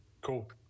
cool